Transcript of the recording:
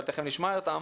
אבל תיכף נשמע אותם,